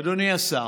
אדוני השר,